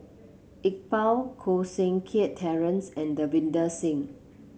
Iqbal Koh Seng Kiat Terence and Davinder Singh